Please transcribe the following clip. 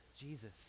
Jesus